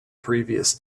previous